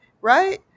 right